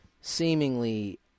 seemingly